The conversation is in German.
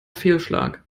fehlschlag